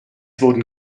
wurden